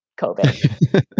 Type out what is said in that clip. COVID